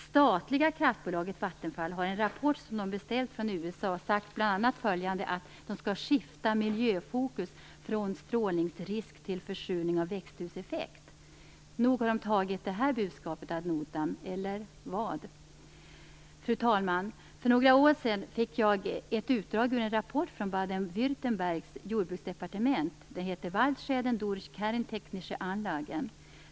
Statliga kraftbolaget Vattenfall har i en rapport som det beställt från USA sagt bl.a. följande: Det skall "skifta miljöfokus från strålningsrisk till försurning och växthuseffekt": Nog har det taget detta budskap ad notam, eller vad anser ministern? Fru talman! För några år sedan fick jag ett utdrag ur en rapport från Baden Württembergs jordbruksdepartement som hette Waldschäden durch kerntechnische anlagen.